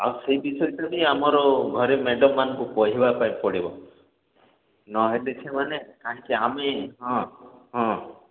ଆଉ ସେହି ବିଷୟଟା ହିଁ ଆମର ଘରେ ମ୍ୟାଡ଼ାମ୍ମାନଙ୍କୁ କହିବା ପାଇଁ ପଡ଼ିବ ନହେଲେ ସେମାନେ କାହିଁକି ଆମେ ହଁ ହଁ